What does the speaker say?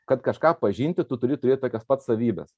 kad kažką pažinti tu turi turėt tokias pat savybes